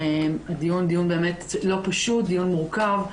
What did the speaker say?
הדיון הוא דיון לא פשוט, דיון מורכב.